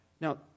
Now